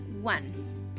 One